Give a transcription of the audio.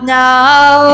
now